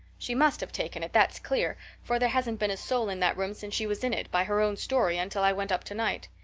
she must have taken it, that's clear, for there hasn't been a soul in that room since she was in it, by her own story, until i went up tonight.